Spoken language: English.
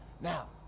Now